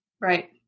Right